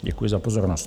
Děkuji za pozornost.